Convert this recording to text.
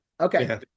Okay